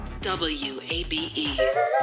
WABE